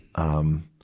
um,